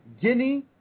Guinea